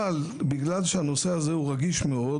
אבל בגלל שהנושא הזה הוא רגיש מאוד